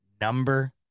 number